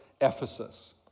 Ephesus